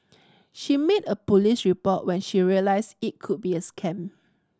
she made a police report when she realised it could be a scam